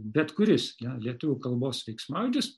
bet kuris lie lietuvių kalbos veiksmažodis